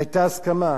והיתה הסכמה.